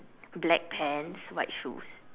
black pants white shoes